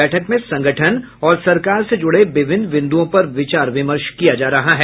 बैठक में संगठन और सरकार से जुड़े विभिन्न बिन्दुओं पर विचार विमर्श किया जा रहा है